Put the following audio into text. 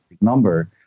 number